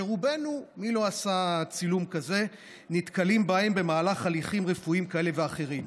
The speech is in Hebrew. שרובנו נתקלים בהם במהלך הליכים רפואיים כאלה ואחרים.